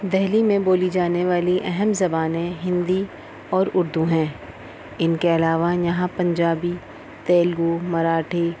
دہلی میں بولی جانے والی اہم زبانیں ہندی اور اردو ہیں ان کے علاوہ یہاں پنجابی تیلگو مراٹھی